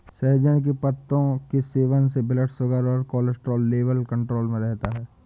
सहजन के पत्तों के सेवन से ब्लड शुगर और कोलेस्ट्रॉल लेवल कंट्रोल में रहता है